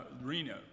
Reno